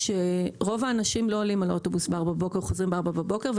רוב האנשים לא עולים על האוטובוס ב-04:00 בבוקר וחוזרים ב-04:00 בבוקר,